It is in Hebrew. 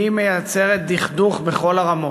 היא מייצרת דכדוך בכל הרמות,